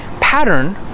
pattern